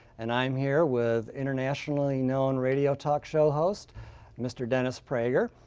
and i'm here with internationally known radio talk show host mr. dennis prager.